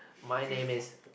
my name is